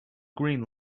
green